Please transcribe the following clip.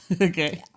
Okay